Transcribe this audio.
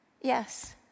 yes